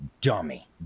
Dummy